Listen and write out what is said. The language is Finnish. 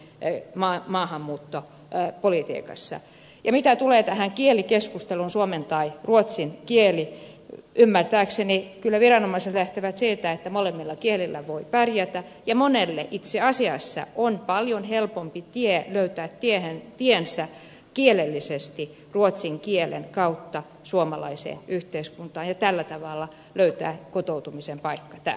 e mail maahanmuutto tai politiikassa ja mitä tulee tähän kielikeskusteluun suomen tai ruotsin kielestä niin ymmärtääkseni kyllä viranomaiset lähtevät siitä että molemmilla kielillä voi pärjätä ja monelle itse asiassa on paljon helpompi tie löytää tiensä kielellisesti ruotsin kielen kautta suomalaiseen yhteiskuntaan ja tällä tavalla löytää kotoutumisen paikka täällä